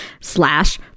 slash